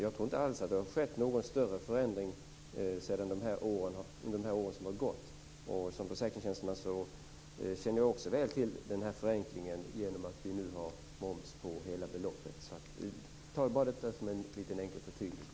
Jag tror inte alls att det har skett någon större förändring under de år som har gått. Som försäkringstjänsteman känner jag väl till den förenkling som uppstått genom att vi nu har moms på hela beloppet. Ta detta som ett enkelt förtydligande.